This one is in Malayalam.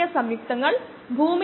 അതിനാൽ മൊത്തം നിരക്ക് സെക്കൻഡിൽ 15